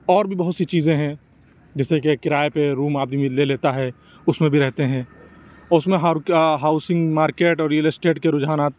اور بھی بہت سی چیزیں ہیں جیسے کہ کرایے پہ روم آدمی لے لیتا ہے اُس میں بھی رہتے ہیں اور اُس میں ہاؤسنگ مارکیٹ اور ریئل اسٹیٹ کے رجحانات